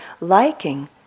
liking